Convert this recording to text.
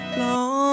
long